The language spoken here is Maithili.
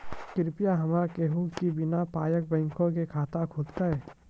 कृपया हमरा कहू कि बिना पायक बैंक मे खाता खुलतै?